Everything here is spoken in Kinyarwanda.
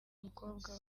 umukobwa